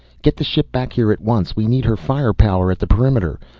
get the ship back here at once. we need her firepower at the perimeter.